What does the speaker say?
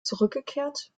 zurückgekehrt